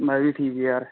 ਮੈਂ ਵੀ ਠੀਕ ਯਾਰ